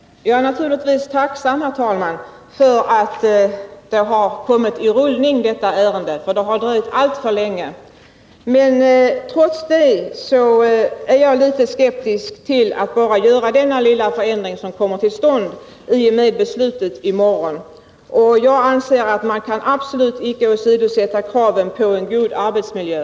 Herr talman! Jag är naturligtvis tacksam för att detta ärende har kommit i rullning, för det har dröjt alltför länge. Trots det är jag litet skeptisk till att man bara skall göra den lilla förändring som kommer till stånd i och med beslutet i morgon. Jag anser att man absolut inte kan åsidosätta kravet på en god arbetsmiljö.